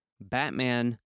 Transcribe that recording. Batman